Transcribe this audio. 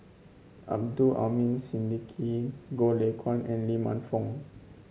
Abdul Aleem Siddique Goh Lay Kuan and Lee Man Fong